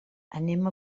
anem